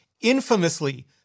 infamously